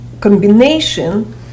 combination